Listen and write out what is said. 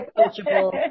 approachable